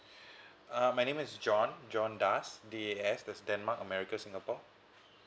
uh my name is john john das das that's denmark america singapore